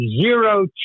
zero